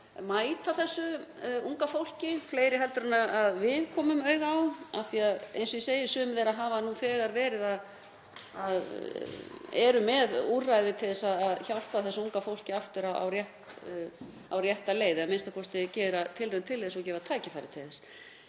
mæta þessu unga fólki, fleiri heldur en við komum auga á, af því að, eins og ég segi, sum þeirra eru nú þegar með úrræði til að hjálpa þessu unga fólki aftur á rétta leið, a.m.k. gera tilraun til þess og gefa tækifæri til þess.